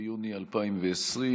א' בתמוז התש"ף (23 ביוני 2020)